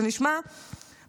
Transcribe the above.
זה נשמע מפתיע,